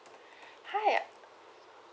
hi